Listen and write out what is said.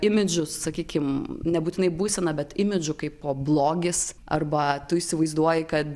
imidžu sakykim nebūtinai būsena bet imidžu kaipo blogis arba tu įsivaizduoji kad